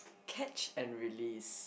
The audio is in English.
catch and release